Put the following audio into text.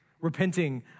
repenting